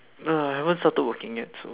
no no I haven't started working yet so